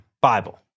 Bible